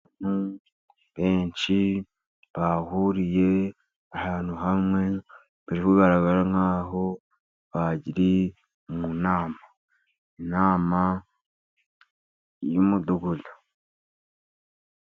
Benshi bahuriye ahantu hamwe, bari kugaragara nk'aho bari mu nama, inama y'umudugudu.